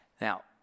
now